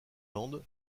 landes